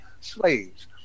slaves